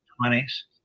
twenties